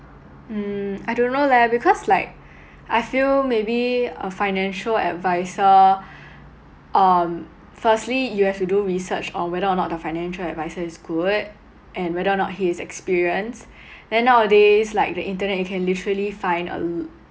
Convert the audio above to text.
mm I don't know leh because like I feel maybe a financial adviser um firstly you have to do research on whether or not the financial adviser is good and whether or not he is experienced then nowadays like the internet you can literally find a